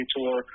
Tour